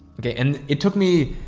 okay. and it took me,